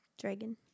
dragon